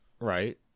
right